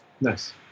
nice